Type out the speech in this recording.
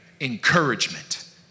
encouragement